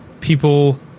people